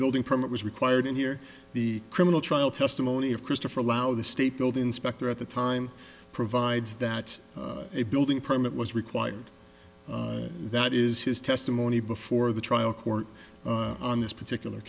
building permit was required and here the criminal trial testimony of christopher allow the state building inspector at the time provides that a building permit was required that is his testimony before the trial court on this particular